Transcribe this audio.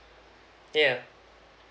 yeuh